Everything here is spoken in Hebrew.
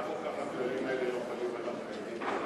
כך או כך הכללים האלה לא חלים על אחמד טיבי.